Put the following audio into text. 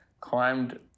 climbed